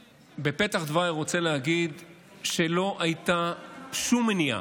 רוצה להגיד שלא הייתה שום מניעה,